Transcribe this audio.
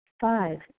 Five